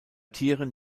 tieren